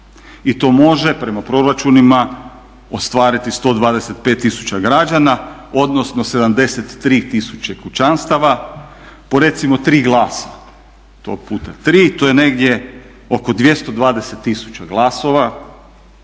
i to može prema proračunima ostvariti 125000 građana, odnosno 73000 kućanstava po recimo 3 glasa, to puta 3. To je negdje oko 220000 glasova